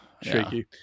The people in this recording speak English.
shaky